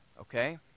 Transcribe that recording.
Okay